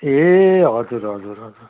ए हजुर हजुर हजुर